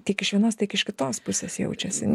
tiek iš vienos tiek iš kitos pusės jaučiasi